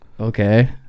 okay